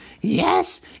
Yes